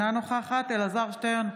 אינה נוכחת אלעזר שטרן,